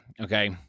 Okay